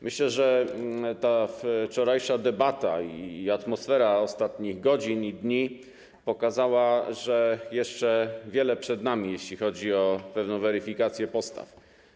Myślę, że ta wczorajsza debata i atmosfera ostatnich godzin i dni pokazały, że jeszcze wiele przed nami, jeśli chodzi o pewną weryfikację postaw.